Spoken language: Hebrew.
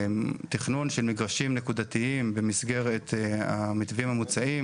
תכנון של מגרשים נקודתיים במסגרת המתווים המוצעים